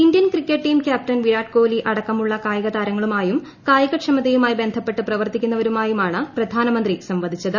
Indian cricket team ക്യാപ്റ്റുൻ്റ് വിരാട് കോഹ്ലി അടക്കമുള്ള കായികതാരങ്ങളു മായും കായികക്ഷമതയുമായി ബ്രന്ധ്യപ്പെട്ട് പ്രവർത്തിക്കുന്നവ രുമായാണ് പ്രധാനമന്ത്രി സ്റ്റവദിച്ചത്